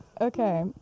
Okay